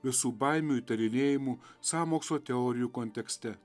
visų baimių įtarinėjimų sąmokslo teorijų kontekste